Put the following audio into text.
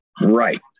Right